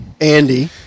Andy